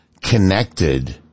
connected